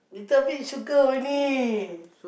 little bit sugar only